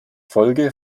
folge